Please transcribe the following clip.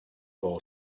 goal